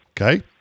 Okay